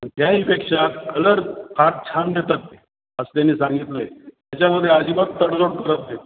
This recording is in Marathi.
आणि त्याहीपेक्षा कलर फार छान देतात ते असं त्यांनी सांगितलं आहे त्याच्यामध्ये अजिबात तडजोड करत नाहीत